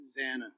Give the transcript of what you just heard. Zanna